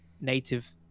native